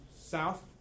south